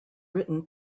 written